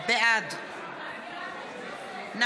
בעד רבותיי, אני